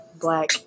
black